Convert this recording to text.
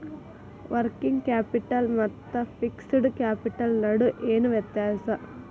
Working capital ಮತ್ತ fixed capital ನಡು ಏನ್ ವ್ಯತ್ತ್ಯಾಸದ?